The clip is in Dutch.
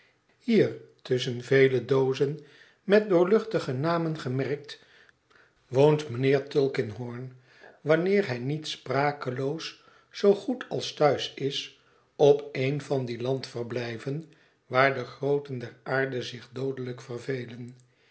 hier tusschen vele doozen met doorluchtige namen gemerkt woont mijnheer tulkinghorn wanneer hij niet sprakeloos zoo goed als thuis is op een van die landverblijven waar de grooten der aarde zioh doodelijk vervelen